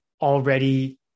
already